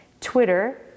Twitter